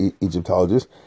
Egyptologists